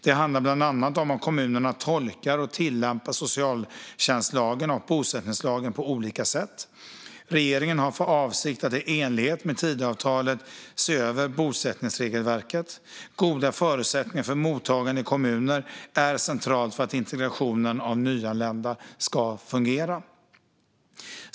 Det handlar bland annat om att kommunerna tolkar och tillämpar socialtjänstlagen och bosättningslagen på olika sätt. Regeringen har för avsikt att i enlighet med Tidöavtalet se över bosättningsregelverket. Goda förutsättningar för mottagande i kommunerna är centralt för att integrationen av nyanlända ska fungera.